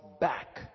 back